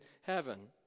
heaven